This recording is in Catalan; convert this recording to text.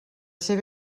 ser